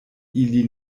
ili